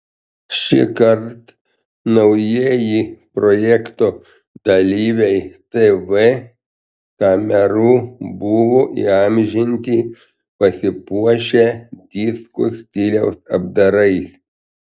šįkart naujieji projekto dalyviai tv kamerų buvo įamžinti pasipuošę disko stiliaus apdarais